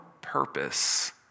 purpose